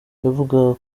yavugaga